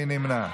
מי נמנע?